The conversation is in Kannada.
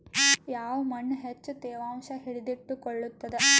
ಯಾವ್ ಮಣ್ ಹೆಚ್ಚು ತೇವಾಂಶ ಹಿಡಿದಿಟ್ಟುಕೊಳ್ಳುತ್ತದ?